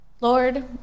Lord